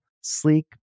sleek